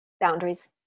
Boundaries